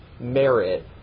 merit